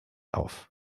auf